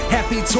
Happy